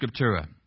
scriptura